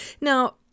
Now